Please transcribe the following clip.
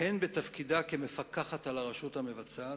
הן בתפקידה כמפקחת על הרשות המבצעת,